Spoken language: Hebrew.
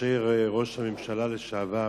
שכאשר ראש הממשלה לשעבר